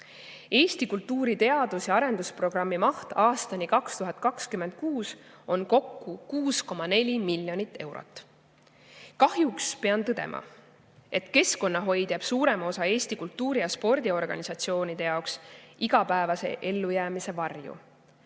Eesti kultuuri teadus- ja arendusprogrammi maht aastani 2026 on kokku 6,4 miljonit eurot. Kahjuks pean tõdema, et keskkonnahoid jääb suurema osa Eesti kultuuri- ja spordiorganisatsioonide jaoks igapäevase ellujäämise varju.